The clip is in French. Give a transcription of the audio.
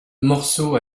morceau